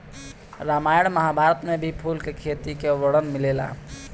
रामायण महाभारत में भी फूल के खेती के वर्णन मिलेला